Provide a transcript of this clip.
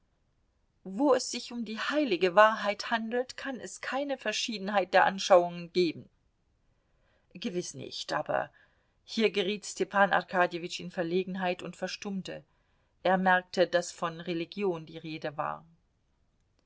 wo es sich um die heilige wahrheit handelt kann es keine verschiedenheit der anschauungen geben gewiß nicht aber hier geriet stepan arkadjewitsch in verlegenheit und verstummte er merkte daß von religion die rede war